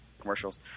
commercials